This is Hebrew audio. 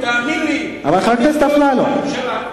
תאמין לי שאם הוא היה בממשלה,